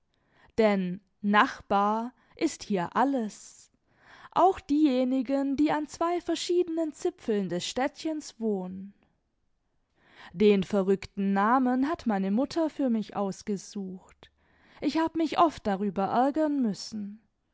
denb nachbar ist hier alles auch diejenigen die an zwei verschiedenen zipfeln des städtchens wohnen den verrückten namen hat meine mutter für mich ausgesucht ich hab mich oft darüber ärgern müssen